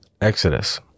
Exodus